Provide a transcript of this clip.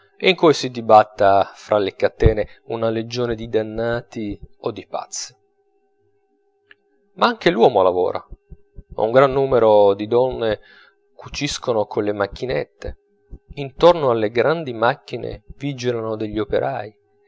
in cui si dibatta fra le catene una legione di dannati o di pazzi ma anche l'uomo lavora un gran numero di donne cuciscono colle macchinette intorno alle grandi macchine vigilano degli operai